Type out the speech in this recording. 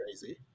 crazy